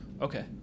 Okay